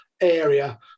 area